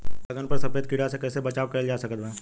बैगन पर सफेद कीड़ा से कैसे बचाव कैल जा सकत बा?